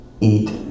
eat